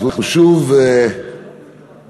אנחנו שוב כאן